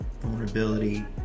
vulnerability